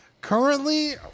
Currently